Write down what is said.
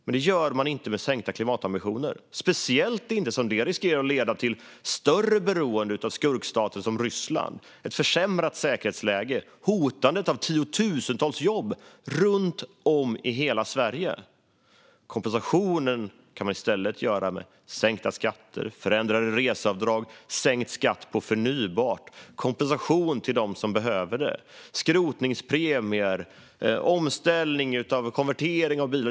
Men det gör man inte med sänkta klimatambitioner, speciellt inte som det riskerar att leda till större beroende av skurkstater som Ryssland, ett försämrat säkerhetsläge och hotandet av tiotusentals jobb runt om i hela Sverige. Kompensationen kan man i stället ge genom till exempel sänkta skatter, förändrade reseavdrag och sänkt skatt på förnybart. Man kan ge kompensation till dem som behöver den. Det kan också handla om skrotningspremier och konvertering av bilar.